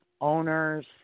owners